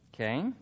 Okay